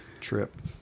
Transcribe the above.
trip